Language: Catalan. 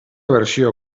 versió